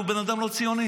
הוא בן אדם לא ציוני,